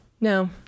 no